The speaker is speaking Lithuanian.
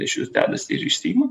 lęšius dedasi ir išsiima